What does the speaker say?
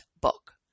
book